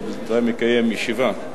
טוב, הוא מקיים ישיבה.